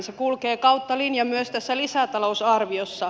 se kulkee kautta linjan myös tässä lisätalousarviossa